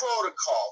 protocol